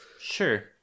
sure